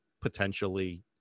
potentially